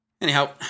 Anyhow